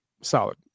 solid